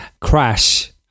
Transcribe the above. crash